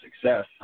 success